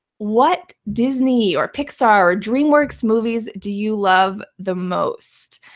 what disney or pixar or dreamworks movies do you love the most?